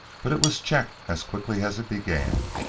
but it was checked as quickly as it began.